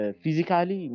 Physically